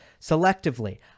selectively